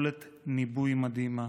יכולת ניבוי מדהימה.